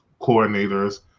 coordinators